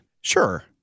Sure